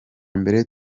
mbere